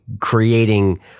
creating